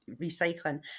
recycling